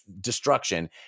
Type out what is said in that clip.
destruction